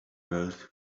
through